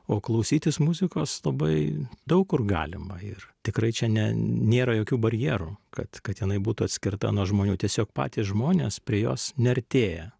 o klausytis muzikos labai daug kur galima ir tikrai čia ne nėra jokių barjerų kad kad jinai būtų atskirta nuo žmonių tiesiog patys žmonės prie jos neartėja